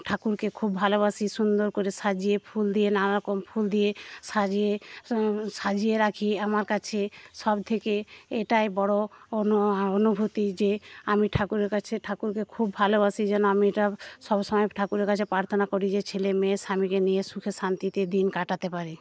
ঠাকুরকে খুব ভালোবাসি সুন্দর করে সাজিয়ে ফুল দিয়ে নানারকম ফুল দিয়ে সাজিয়ে সাজিয়ে রাখি আমার কাছে সব থেকে এটাই বড় অনুভূতি যে আমি ঠাকুরের কাছে ঠাকুরকে খুব ভালোবাসি যেন আমি এটা সব সময় ঠাকুরের কাছে প্রার্থনা করি যে ছেলেমেয়ে স্বামীকে নিয়ে সুখে শান্তিতে দিন কাটাতে পারি